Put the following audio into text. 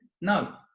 No